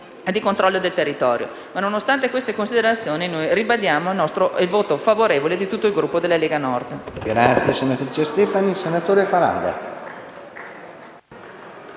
di controllo del territorio. Nonostante queste considerazioni, noi ribadiamo il voto favorevole di tutto il Gruppo della Lega Nord